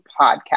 podcast